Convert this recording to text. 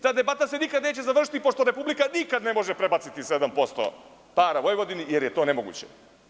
Ta debata se nikada neće završiti, pošto Republika nikada ne može prebaciti 7% para Vojvodini, jer je to nemoguće.